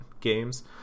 Games